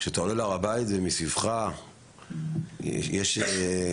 כשאתה עולה להר הבית ומסביבך יש מתפרעים